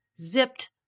zipped